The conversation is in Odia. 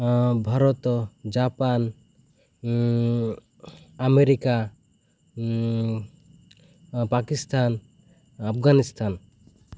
Bharat Japan America Pakistan Afghanistan